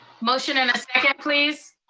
motion and a second please.